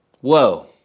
Whoa